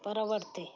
ପରବର୍ତ୍ତୀ